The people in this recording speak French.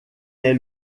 est